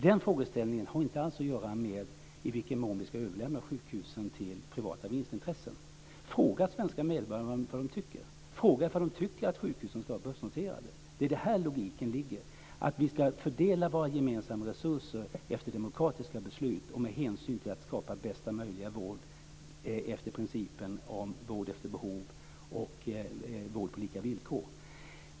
Den frågeställningen har inte alls att göra med i vilken mån vi ska överlämna sjukhusen till privata vinstintressen. Fråga de svenska medborgarna vad de tycker. Fråga om de tycker att sjukhusen ska vara börsnoterade. Det är här logiken ligger, att vi ska fördela våra gemensamma resurser efter demokratiska beslut och med hänsyn till att skapa bästa möjliga vård efter principen om vård efter behov och vård på lika villkor.